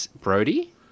Brody